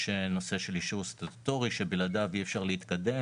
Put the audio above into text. יש נושא של אישור סטטוטורי שבלעדיו אי אפשר להתקדם,